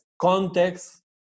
context